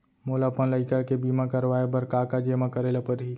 मोला अपन लइका के बीमा करवाए बर का का जेमा करे ल परही?